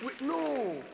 No